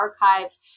archives